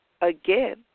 again